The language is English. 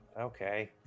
Okay